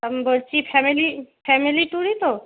বলছি family family ট্যুরই তো